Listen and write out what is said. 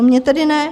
Mně tedy ne.